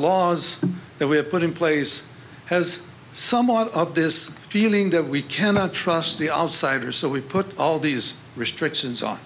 laws that were put in place has some of this feeling that we cannot trust the outsiders so we put all these restrictions on